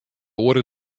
oare